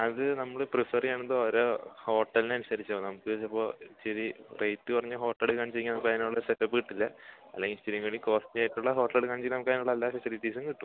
അത് നമ്മൾ പ്രിഫർ ചെയ്യണത് ഓരോ ഹോട്ടൽനനുസരിച്ച് വേണം നമുക്കിതിപ്പോൾ ഇച്ചിരി റേറ്റ് കുറഞ്ഞ ഹോട്ടലെടുക്കാൻ വെച്ച് കഴിഞ്ഞാൽ അതിനുള്ള സെറ്റപ്പ് കിട്ടില്ല അല്ലെങ്കിൽ ഇച്ചിരിയും കൂടി കോസ്റ്റലി ആയിട്ടുള്ള ഹോട്ടലെടുക്കുവാണെങ്കിൽ നമുക്കതിനുള്ള എല്ലാ ഫെസിലിറ്റീസും കിട്ടും